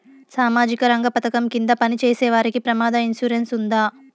సామాజిక రంగ పథకం కింద పని చేసేవారికి ప్రమాద ఇన్సూరెన్సు ఉందా?